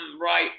right